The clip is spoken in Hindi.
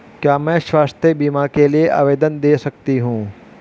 क्या मैं स्वास्थ्य बीमा के लिए आवेदन दे सकती हूँ?